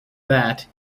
that